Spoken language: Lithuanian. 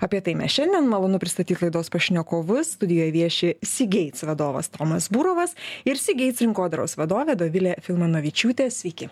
apie tai mes šiandien malonu pristatyti laidos pašnekovus studijoje vieši cgates vadovas tomas burovas ir cgates rinkodaros vadovė dovilė filmanavičiūtė sveiki